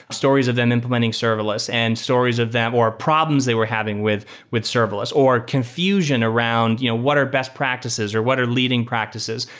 stories of them implementing serverless and stories of them or problems they were having with with serverless or confusion around you know what are best practices, or what are leading practices?